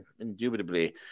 Indubitably